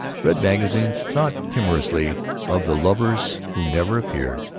read magazines, thought timorously of the lovers who never appeared,